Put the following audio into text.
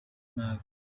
nabi